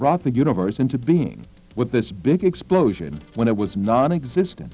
brought the universe into being with this big explosion when it was nonexistent